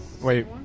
Wait